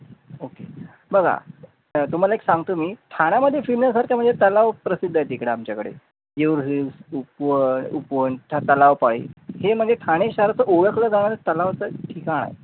okay बघा तुम्हाला एक सांगतो मी ठाण्यामध्ये फिरण्यासारखं म्हणजे तलाव प्रसिद्ध आहेत इकडं आमच्याकडे येऊर हिल उपवन उपवन तलाव पाळी हे म्हणजे ठाणे शहराचं ओळखलं जाणारं तलावाचं ठिकाण आहे